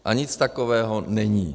A nic takového není.